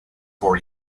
for